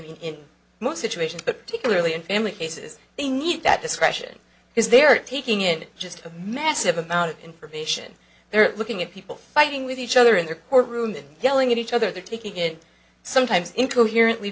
judges in most situations but particularly in family cases they need that discretion is they're taking it just a massive amount of information they're looking at people fighting with each other in their courtroom and yelling at each other they're taking it sometimes incoherent